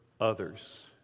others